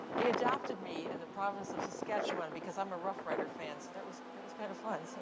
they adopted me in the province of saskatchewan because i'm a rough rider fan so that was was kind of fun. so